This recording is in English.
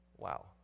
wow